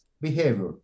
behavior